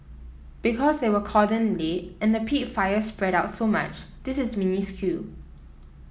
because they were called in late and the peat fire spread out so much this is minuscule